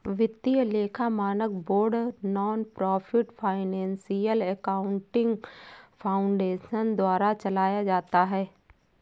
वित्तीय लेखा मानक board nonprofit financial accounting foundation द्वारा चलाया जाता है